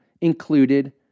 included